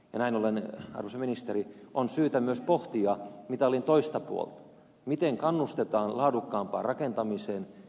näin ollen arvoisa ministeri on syytä myös pohtia mitalin toista puolta miten kannustetaan laadukkaampaan rakentamiseen